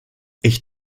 ich